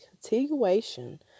continuation